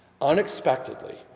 Unexpectedly